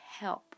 help